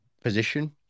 position